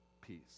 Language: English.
peace